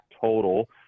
total